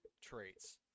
traits